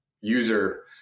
user